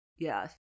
Yes